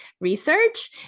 research